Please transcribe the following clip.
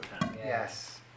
Yes